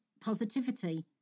positivity